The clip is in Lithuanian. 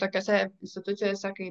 tokiose institucijose kaip